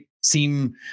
seem